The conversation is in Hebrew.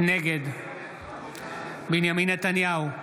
נגד בנימין נתניהו,